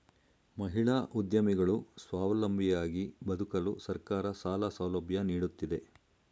ಮಹಿಳಾ ಉದ್ಯಮಿಗಳು ಸ್ವಾವಲಂಬಿಯಾಗಿ ಬದುಕಲು ಸರ್ಕಾರ ಸಾಲ ಸೌಲಭ್ಯ ನೀಡುತ್ತಿದೆ